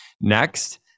Next